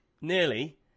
nearly